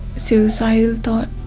suicidal thought.